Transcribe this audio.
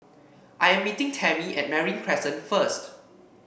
I am meeting Tammy at Marine Crescent first